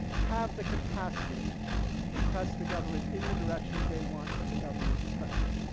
have the capacity to press the government in the direction they want the government pressed.